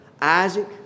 Isaac